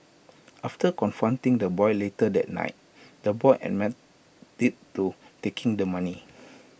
after confronting the boy later that night the boy admitted to taking the money